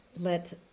let